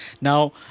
now